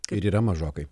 ir yra mažokai